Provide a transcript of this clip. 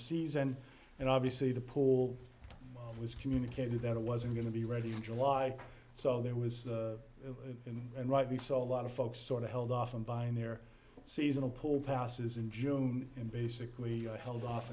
season and obviously the pool was communicated that it wasn't going to be ready in july so there was in and rightly so a lot of folks sort of held off on buying their seasonal pool passes in june and basically held off